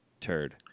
turd